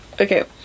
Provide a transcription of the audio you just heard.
Okay